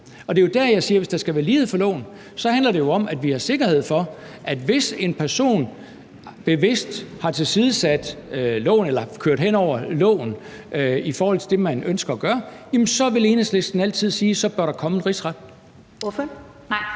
Det er jo der, jeg siger, at hvis der skal være lighed for loven, så handler det jo om, at vi har sikkerhed for, at hvis en person bevidst har tilsidesat loven og har kørt hen over loven, i forhold til det man ønsker at gøre, så vil Enhedslisten altid sige, at så bør der komme en rigsret.